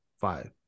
five